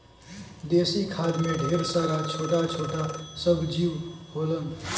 देसी खाद में ढेर सारा छोटा छोटा सब जीव होलन